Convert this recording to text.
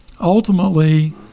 ultimately